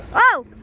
oh,